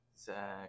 Zach